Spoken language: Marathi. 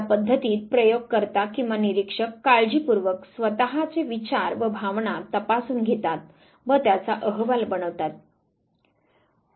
या पद्धतीत प्रयोग कर्ता किंवा निरीक्षक काळजीपूर्वक स्वत चे विचार व भावना तपासून घेतात व त्याचा अहवाल बनवतात